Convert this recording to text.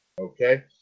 Okay